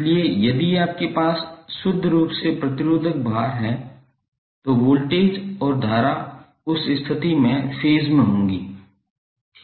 इसलिए यदि आपके पास शुद्ध रूप से प्रतिरोधक भार है तो वोल्टेज और धारा उस स्थिति में फेज़ में होगी